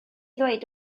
ddweud